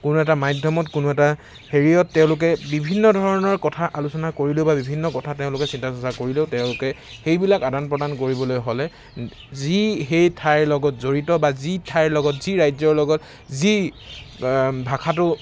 কোনো এটা মাধ্যমত কোনো এটা হেৰিয়ত তেওঁলোকে বিভিন্ন ধৰণৰ কথাৰ আলোচনা কৰিলেও বিভিন্ন কথা তেওঁলোকে চিন্তা চৰ্চা কৰিলেও তেওঁলোকে সেইবিলাক আদান প্ৰদান কৰিবলৈ হ'লে যি সেই ঠাইৰ লগত জড়িত বা যি ঠাইৰ লগত যি ৰাজ্যৰ লগত যি ভাষাটো